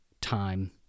time